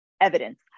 evidence